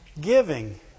Giving